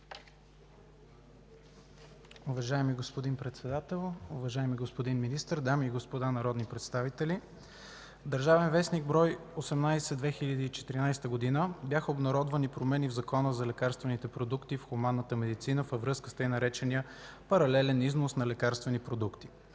Уважаеми господин Председател, уважаеми господин Министър, дами и господа народни представители! В „Държавен вестник”, бр. 18 от 2014 г. бяха обнародвани промени в Закона за лекарствените продукти в хуманната медицина във връзка с така наречения „паралелен износ на лекарствени продукти”.